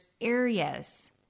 areas